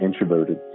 introverted